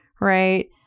right